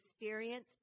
experience